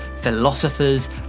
philosophers